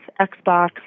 Xbox